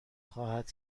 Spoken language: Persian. خواهد